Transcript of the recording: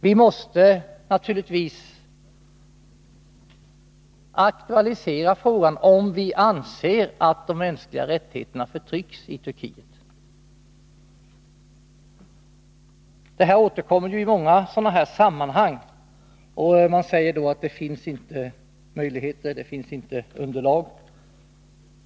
Vi måste naturligtvis aktualisera frågan om vi anser att de mänskliga rättigheterna förtrycks i Turkiet. Den här inställningen återkommeri många sådana här sammanhang. Det sägs då att det inte finns möjlighet att ta upp en viss fråga, att det inte finns underlag.